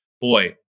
boy